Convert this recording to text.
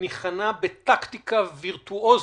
ניחנה בטקטיקה וירטואוזית,